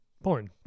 porn